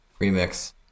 remix